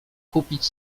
kupić